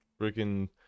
freaking